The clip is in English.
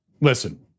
listen